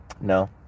no